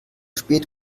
spät